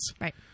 Right